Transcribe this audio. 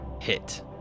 Hit